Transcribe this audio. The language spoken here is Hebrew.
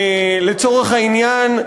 לצורך העניין,